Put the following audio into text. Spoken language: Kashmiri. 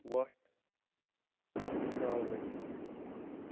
وۅٹھ ترٛاوٕنۍ